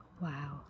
Wow